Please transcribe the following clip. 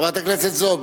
חברת הכנסת זועבי,